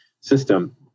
system